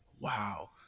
Wow